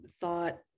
thought